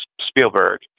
Spielberg